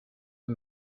eux